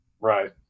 Right